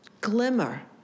glimmer